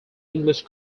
english